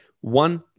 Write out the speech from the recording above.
one